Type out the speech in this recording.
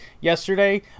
yesterday